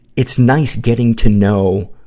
it's nice getting to know,